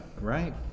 right